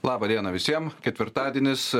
laba diena visiem ketvirtadienis